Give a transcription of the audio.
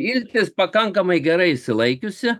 iltis pakankamai gerai išsilaikiusi